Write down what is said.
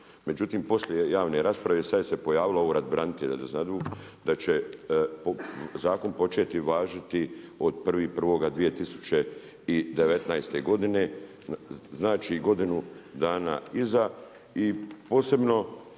međutim poslije javne rasprave, sad se pojavio ured branitelja da znaju da će zakon početi važiti od 1.1.2019. godine, znači godinu dana iza i posebno